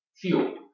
fuel